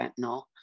fentanyl